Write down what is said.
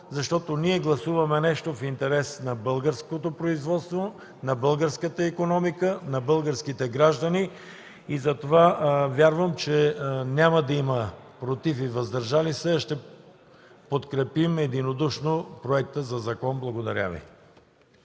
защото ние гласуваме нещо в интерес на българското производство, на българската икономика, за българските граждани. Затова вярвам, че няма да има „против” и „въздържали се” и единодушно ще подкрепим законопроекта. Благодаря Ви.